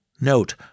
Note